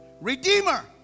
Redeemer